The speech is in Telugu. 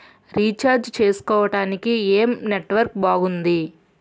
రీఛార్జ్ చేసుకోవటానికి ఏం నెట్వర్క్ బాగుంది?